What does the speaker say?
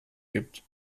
gibt